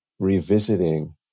revisiting